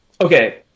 okay